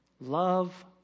Love